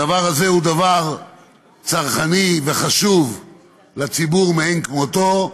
הדבר הזה הוא דבר צרכני וחשוב לציבור מאין כמותו,